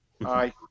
Aye